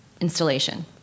installation